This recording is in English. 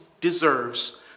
deserves